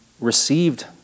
received